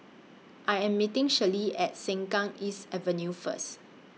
I Am meeting Shirlene At Sengkang East Avenue First